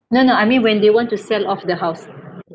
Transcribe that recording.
no no I mean when they want to sell off the house